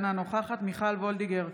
אינו נוכח מיכל וולדיגר,